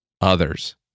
others